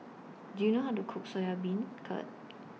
Do YOU know How to Cook Soya Beancurd